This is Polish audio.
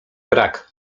brak